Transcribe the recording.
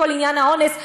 כל עניין האונס,